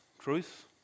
truth